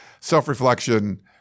self-reflection